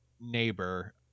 neighbor